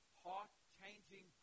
heart-changing